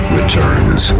Returns